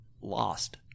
lost